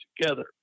together